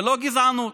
ולא גזענות,